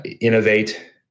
innovate